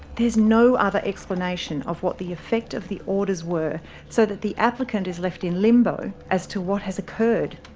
there's no other explanation of what the effect of the orders were so that the applicant is left in limbo as to what has occurred.